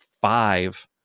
five